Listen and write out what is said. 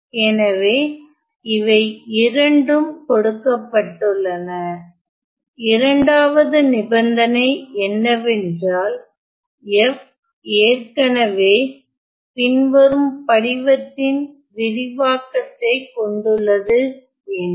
எனவே இவை இரண்டும் கொடுக்கப்பட்டுள்ளன இரண்டாவது நிபந்தனை என்னவென்றால் f ஏற்கனவே பின்வரும் படிவத்தின் விரிவாக்கத்தைக் கொண்டுள்ளது எனில்